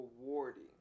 rewarding